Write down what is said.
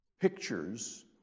pictures